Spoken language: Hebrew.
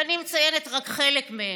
ואני מציינת רק חלק מהן: